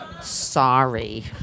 Sorry